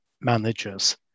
managers